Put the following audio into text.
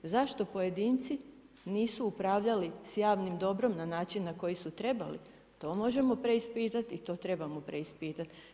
Zašto pojedinci nisu upravljali sa javnim dobrom na način na koji su trebali to možemo preispitati i to trebamo preispitati.